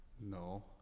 No